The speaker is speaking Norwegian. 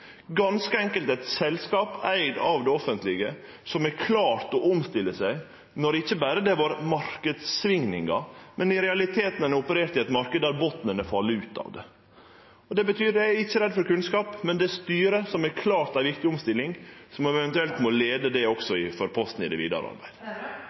ganske enkelt eit selskap eigd av det offentlege, som har klart å omstille seg, ikkje berre når det var marknadssvingingar, men når ein i realiteten opererte i ein marknad der botnen hadde falle ut. Eg er ikkje redd for kunnskap, men det er styret, som har klart ei viktig omstilling, som eventuelt må leie også det